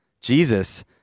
Jesus